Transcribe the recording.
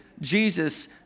Jesus